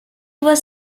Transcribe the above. was